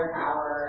power